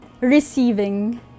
receiving